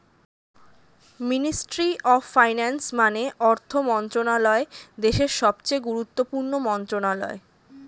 ministry of finance মানে অর্থ মন্ত্রণালয় দেশের সবচেয়ে গুরুত্বপূর্ণ মন্ত্রণালয়